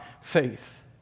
faith